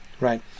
right